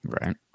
Right